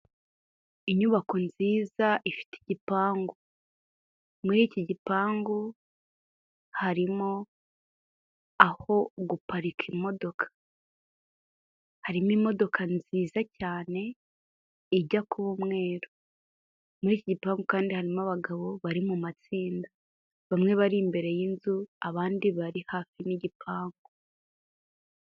Inyubako nziza ifite igipangu muri iki gipangu harimo aho guparika imodoka, harimo imodoka nziza cyane ijya kuba umweru, muri iki gipangu kandi harimo abagabo bari mu matsinda bamwe bari imbere y'inzu abandi bari hafi n'igipangu.